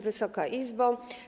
Wysoka Izbo!